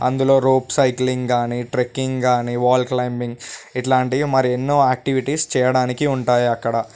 అందులో rope cycling కాని trekking కాని వాల్ క్లైంబింగ్ కాని ఇట్లాంటివి మరెన్నో యాక్టివిటీస్ చేయడానికి ఉంటాయి అక్కడ